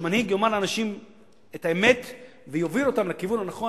שהמנהיג יאמר לאנשים את האמת ויוביל אותם לכיוון הנכון,